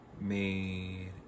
made